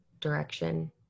direction